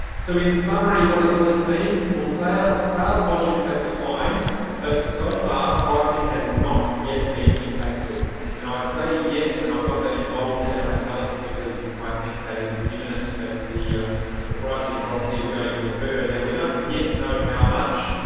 so in summary what does all this mean? sales sales volumes have declined but so far pricing has not yet been impacted and i say yet and i've got that in bold and um italics because i think that is imminent that the ah the pricing drop is going to occur. and now we don't yet know how much,